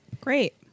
Great